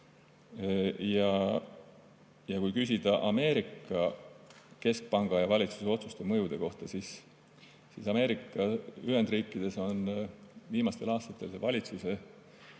Kui küsida Ameerika keskpanga ja valitsuse otsuste mõjude kohta, siis Ameerika Ühendriikides on viimastel aastatel valitsuse